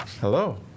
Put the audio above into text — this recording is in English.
Hello